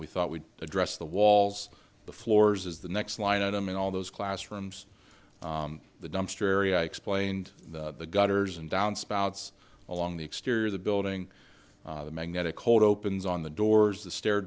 we thought we'd address the walls the floors is the next line item in all those classrooms the dumpster area explained the gutters and downspouts along the exterior of the building the magnetic hold opens on the doors the stair